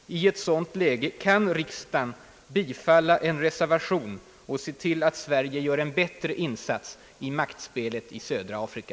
I ett sådant läge kan riksdagen bifalla en reservation och se till, att Sverige gör en något bättre insats i maktspelet i södra Afrika.